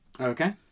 okay